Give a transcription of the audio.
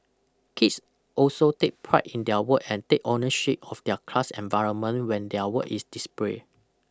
kids also take pride in their work and take ownership of their class environment when their work is displayed